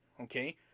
Okay